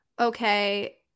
okay